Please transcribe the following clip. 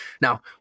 Now